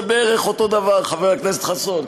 זה בערך אותו דבר, חבר הכנסת חסון.